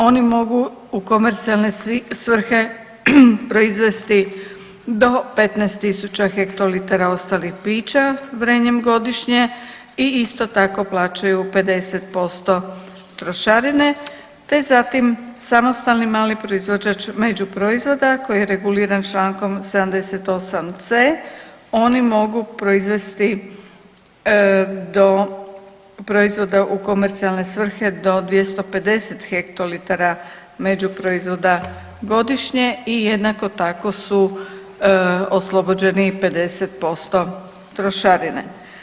Oni mogu u komercionalne svrhe proizvesti do 15.000 hektolitara ostalih pića vrenjem godišnje i isto tako plaćaju 50% trošarine, te zatim samostalni mali proizvođač međuproizvoda koji je reguliran čl. 78.c., oni mogu proizvesti proizvoda u komercionalne svrhe do 250 hektolitara međuproizvoda godišnje i jednako tako su oslobođeni 50% trošarine.